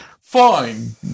fine